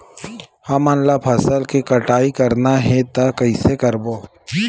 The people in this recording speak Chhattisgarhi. हमन ला फसल के कटाई करना हे त कइसे करबो?